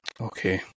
Okay